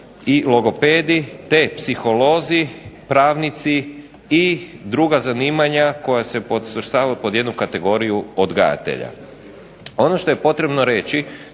logopedi, te psiholozi, pravnici i druga zanimanja koja se podsvrstava pod jednu kategoriju odgajatelja. Ono što je potrebno reći